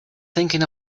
thinking